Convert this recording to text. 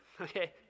Okay